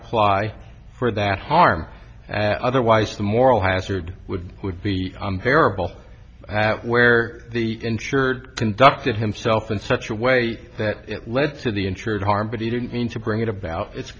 apply for that harm otherwise the moral hazard would be would be unbearable where the insured conducted himself in such a way that it led to the intruder harm but he didn't mean to bring it about it's